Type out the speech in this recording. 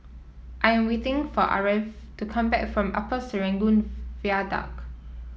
I am waiting for Aarav to come back from Upper Serangoon Viaduct